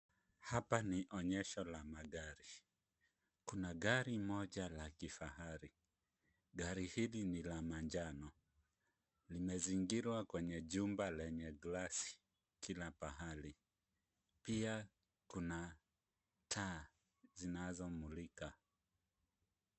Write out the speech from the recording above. Hapa ni onyesho la magari, kuna gari moja la kifahari, gari hili ni la manjano, limezingirwa kwenye jumba lenye glasi kila pahali, pia kuna taa zinazomulika.